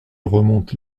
remonte